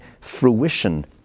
fruition